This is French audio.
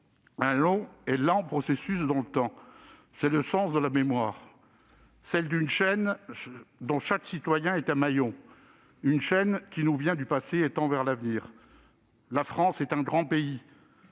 d'un long et lent processus. C'est le sens de la mémoire, cette chaîne dont chaque citoyen est un maillon ; cette chaîne qui nous vient du passé et tend vers l'avenir. La France est un grand pays.